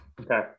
Okay